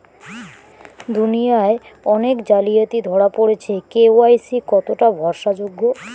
দুনিয়ায় অনেক জালিয়াতি ধরা পরেছে কে.ওয়াই.সি কতোটা ভরসা যোগ্য?